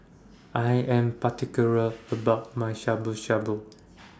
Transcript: I Am particular about My Shabu Shabu